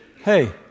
hey